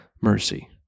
mercy